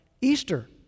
Easter